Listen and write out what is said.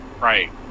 Right